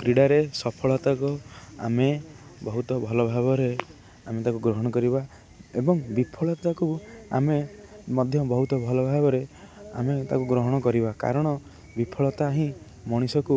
କ୍ରୀଡ଼ାରେ ସଫଳତାକୁ ଆମେ ବହୁତ ଭଲ ଭାବରେ ଆମେ ତାକୁ ଗ୍ରହଣ କରିବା ଏବଂ ବିଫଳତାକୁ ଆମେ ମଧ୍ୟ ବହୁତ ଭଲ ଭାବରେ ଆମେ ତାକୁ ଗ୍ରହଣ କରିବା କାରଣ ବିଫଳତା ହିଁ ମଣିଷକୁ